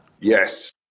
Yes